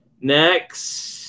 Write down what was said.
Next